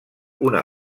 una